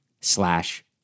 slash